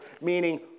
meaning